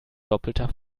doppelter